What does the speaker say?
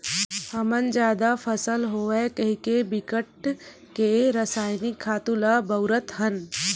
हमन जादा फसल होवय कहिके बिकट के रसइनिक खातू ल बउरत हन